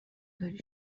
داری